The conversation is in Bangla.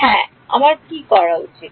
হ্যাঁ আমার কী করা উচিত